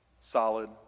solid